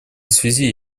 связи